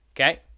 Okay